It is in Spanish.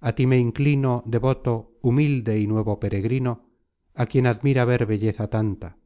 a tí me inclino devoto humilde y nuevo peregrino a quien admira ver belleza tanta